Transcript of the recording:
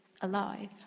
alive